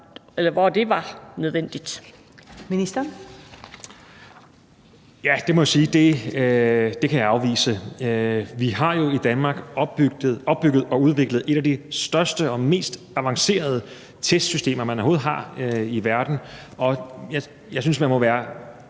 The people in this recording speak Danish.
Sundhedsministeren (Magnus Heunicke): Jeg må sige, at det kan jeg afvise. Vi har jo i Danmark opbygget og udviklet et af de største og mest avancerede testsystemer, man overhovedet har i verden, og jeg synes, man må være